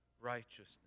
righteousness